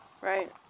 Right